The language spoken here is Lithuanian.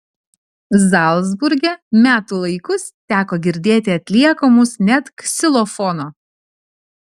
zalcburge metų laikus teko girdėti atliekamus net ksilofono